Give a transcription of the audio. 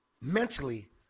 mentally